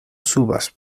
subas